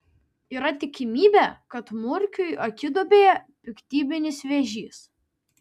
yra tikimybė kad murkiui akiduobėje piktybinis vėžys